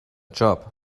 job